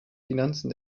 finanzen